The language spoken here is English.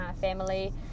family